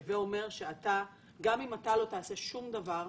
הווה אומר שגם אם אתה לא תעשה שום דבר,